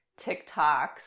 TikToks